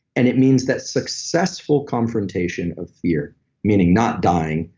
and it means that successful confrontation of fear meaning not dying,